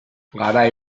garai